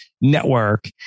network